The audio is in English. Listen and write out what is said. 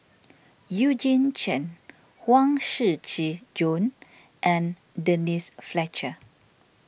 Eugene Chen Huang Shiqi Joan and Denise Fletcher